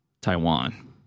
Taiwan